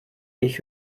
nicht